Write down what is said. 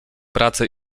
pracę